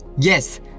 Yes